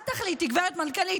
את תחליטי, גב' מנכ"לית.